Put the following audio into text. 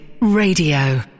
Radio